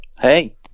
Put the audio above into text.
Hey